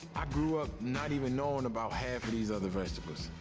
i grew up not even knowing about half of these other vegetables.